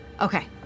Okay